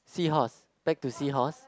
sea horse back to sea horse